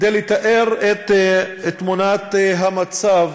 לתאר את תמונת המצב